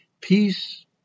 Peace